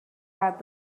had